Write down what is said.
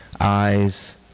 eyes